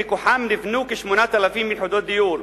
ומכוחם נבנו כ-8,000 יחידות דיור,